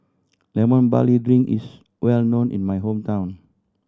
Lemon Barley Drink is well known in my hometown